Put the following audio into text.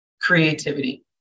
creativity